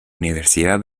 universidad